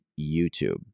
YouTube